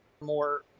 more